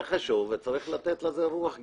זה חשוב וצריך לתת לזה רוח גבית.